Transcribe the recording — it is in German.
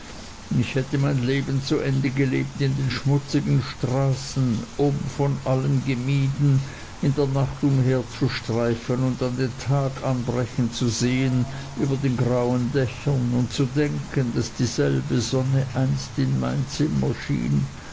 ich hätte mein leben zu ende gelebt in den schmutzigen straßen um von allen gemieden in der nacht umherzustreifen und den tag anbrechen zu sehen über den grauen dächern und zu denken daß dieselbe sonne einst in mein zimmer schien